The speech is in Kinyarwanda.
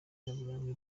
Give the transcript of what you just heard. nyaburanga